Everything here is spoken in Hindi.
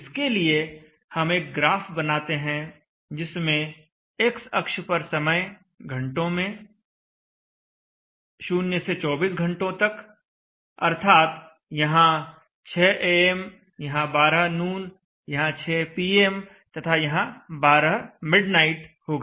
इसके लिए हम एक ग्राफ बनाते हैं जिसमें x अक्ष पर समय घंटों में 0 से 24 घंटों तक अर्थात यहां 600 एएम am यहां 12 नून यहां 600 पीएम pm तथा यहां 12 मिडनाइट होगा